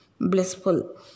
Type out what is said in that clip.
blissful